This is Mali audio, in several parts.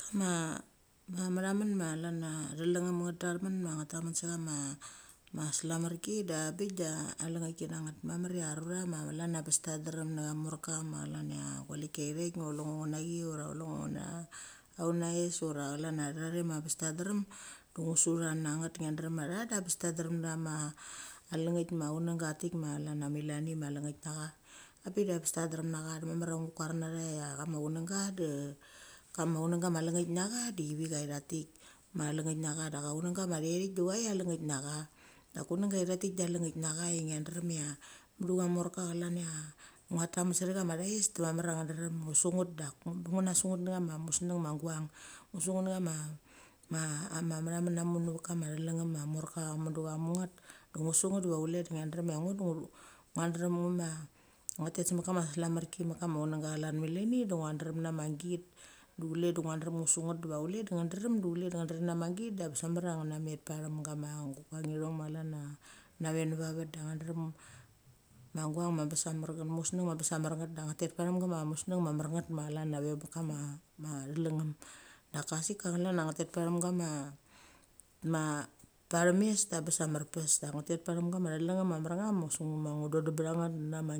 Kama ma mtamen ma chlan a thel lengem ngn tamen ma ngn tamen se chama ma slamerki de bik de alengneiki nanget. Mamar a rurcha ma chlan cha abes ta drem nacha morka ma chlan cha gualeki ithek ma chule ngo ngu nachi ura chule ngo una a unaes ura chlan a cherathe ma bes ta drem, de ugu su tha na nget ngia drem ia cha de bes ta drem nachama alengneik ma chinga tik ma chlan a melani malengnik nacha a pik da bes tadrem nacha de mamar no kurnacha a tha ma chunga de kama chunga malengeik nacha de chavicha. vtha thick ma lengeik nahca de chung ma thecha thit de chora lengeik nacha dek kunga i tha tik de alengeik nacha ingia dremcha musu cha morka chlan ia ngia tamen aethe chamachaes diva mamar ngu seit duk bes agu suneit nachama museng ma nech ma mechamen na muk ng vek kama thelengem ma morka mudu cha munget de ngusuneit diva chule ngia drem ngo du ngia drem uguma ngia tet se mek kama slamerki nek ka ma chunga chlan melanie du ngia drem nama git. Du chule de ngia drem ngusuneit diva chule deng drem de chule de ngia drem nama git de bes mamar ug necha met pacham gamo guang i chong ma chlan a nave necha vavet de ng drem ma duang ma bes a mer ng et, museng ma bes a mernget de ngtet pacham kama museng ma mernget, ma chlana ve bek kama ma thelengem. Daka sik ka chlana ngtet pachem gama pachemes de bes a merpes, duk ngtet pachem gama chelengem mamernam as uma udondem pacha ng na ma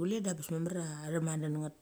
mamer a themaden nget.